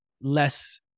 less